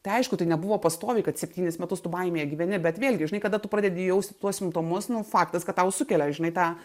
tai aišku tai nebuvo pastoviai kad septynis metus tu baimėje gyveni bet vėlgi žinai kada tu pradedi jausti tuos simptomus nu faktas kad tau sukelia žinai tą